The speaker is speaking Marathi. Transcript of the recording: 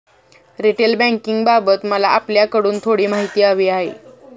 रिटेल बँकिंगबाबत मला आपल्याकडून थोडी माहिती हवी आहे